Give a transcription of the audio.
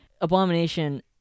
Abomination